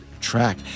track